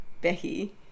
Becky